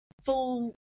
full